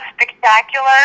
spectacular